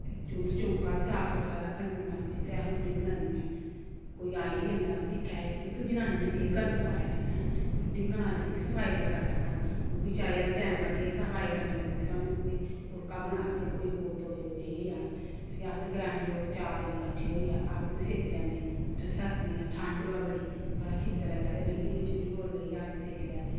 ते चु'ल्ल चौंका बी साफ सूथरा रखने पौंदा जि'त्थें अहें रुट्टी बनानी ऐ कोई आई जंदा दिक्खे कुड़ी जनानी ने केह् गंद पाए दा ऐ ऐं रुट्टी बनान लगी सफाई ते करी लै कर ओह बी चाहिदा टैम कड्ढियै सफाई करनी पौंदी सानूं भी फुलका बनाना जे कोई कोल दो जनें बेही गै जान फ्ही अस ग्रांईं लोग चार जनें कट्ठे होइये अग्ग बी सेकी लैने सरदियां ठंड होऐ बड़ी बड़ा सीत लग्गे ते बेही जन्ने चु'ल्ली कोल बेहियै अग्ग सेकी लैने